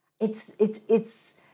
It's—it's—it's